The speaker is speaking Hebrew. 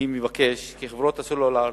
אני מבקש כי חברות הסלולר,